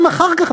גם אחר כך,